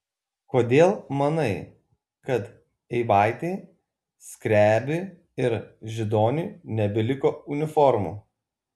kodėl manai kad eivaitei skrebiui ir židoniui nebeliko uniformų